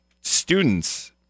students